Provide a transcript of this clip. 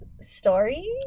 story